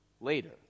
later